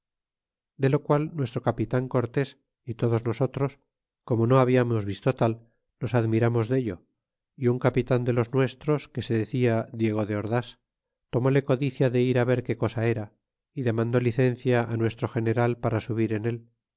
de lo qual nuestro capitan cortés y todos nosotros como no habiamos visto tal nos admiramos dello y un capitan de los nuestros que sedada diego de ords tomóle codicia de ir á ver que cosa era y demandó licencia a nuestro general para subir en él